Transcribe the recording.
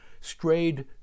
strayed